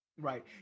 right